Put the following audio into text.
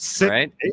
right